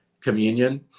communion